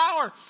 power